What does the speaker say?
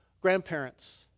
Grandparents